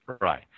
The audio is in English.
Right